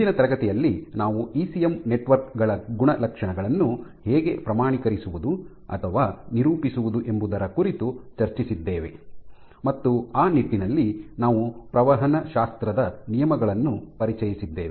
ಹಿಂದಿನ ತರಗತಿಯಲ್ಲಿ ನಾವು ಇಸಿಎಂ ನೆಟ್ವರ್ಕ್ ಗಳ ಗುಣಲಕ್ಷಣಗಳನ್ನು ಹೇಗೆ ಪ್ರಮಾಣೀಕರಿಸುವುದು ಅಥವಾ ನಿರೂಪಿಸುವುದು ಎಂಬುದರ ಕುರಿತು ಚರ್ಚಿಸಿದ್ದೇವೆ ಮತ್ತು ಆ ನಿಟ್ಟಿನಲ್ಲಿ ನಾವು ಪ್ರವಹನಶಾಸ್ತ್ರದ ನಿಯಮಗಳನ್ನು ಪರಿಚಯಿಸಿದ್ದೇವೆ